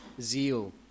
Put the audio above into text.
zeal